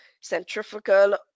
centrifugal